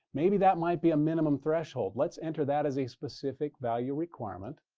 maybe that might be a minimum threshold. let's enter that as a specific value requirement.